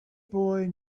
boy